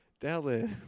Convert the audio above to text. Dylan